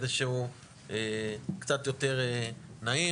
קצת יותר נעים.